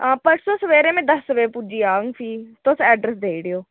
हां परसूं सबेरे में दस्स बजे पुज्जी जाह्ङ फ्ही तुस ऐड्रेस देई ओड़ेओ